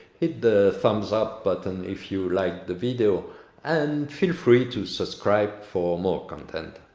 hit the thumbs up button if you liked the video and feel free to subscribe for more content.